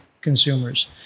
consumers